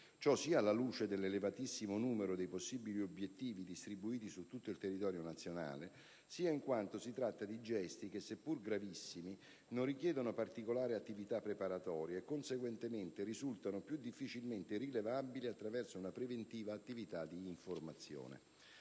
Ciò sia alla luce dell'elevatissimo numero dei possibili obiettivi distribuiti su tutto il territorio nazionale, sia in quanto si tratta di gesti che, seppure gravissimi, non richiedono particolari attività preparatorie e, conseguentemente, risultano più difficilmente rilevabili attraverso una preventiva attività di informazione.